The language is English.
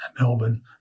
Melbourne